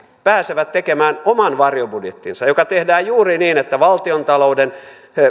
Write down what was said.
pääsevät tekemään oman varjobudjettinsa joka tehdään juuri niin että valtiontalouden